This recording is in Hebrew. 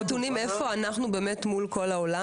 יש נתונים איפה אנחנו באמת מול כל העולם?